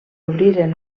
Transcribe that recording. obriren